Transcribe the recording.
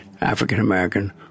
African-American